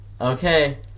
Okay